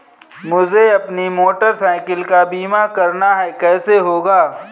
मुझे अपनी motorcycle का बीमा करना है कैसे होगा?